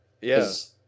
Yes